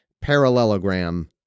parallelogram